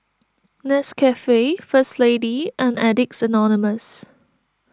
Nescafe First Lady and Addicts Anonymous